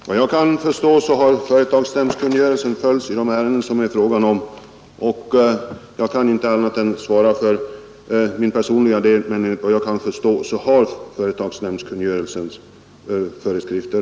Herr talman! Jag kan bara svara för min personliga uppfattning, men såvitt jag förstår har företagsnämndskungörelsen klart följts i de ärenden det är fråga om, och även i andra sammanhang när organisationsförändringar skett har överläggningar skett mellan berörda parter.